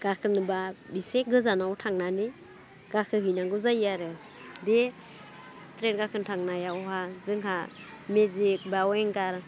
गाखोनोबा इसे गोजानाव थांनानै गाखोहैनांगौ जायो आरो बे ट्रेन गाखोनो थांनायावहा जोंहा मेजिक बा वेंगार